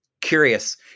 curious